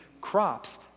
crops